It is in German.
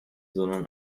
sondern